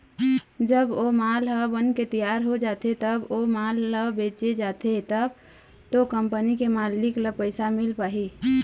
जब ओ माल ह बनके तियार हो जाथे तब ओ माल ल बेंचे जाथे तब तो कंपनी के मालिक ल पइसा मिल पाही